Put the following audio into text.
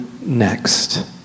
next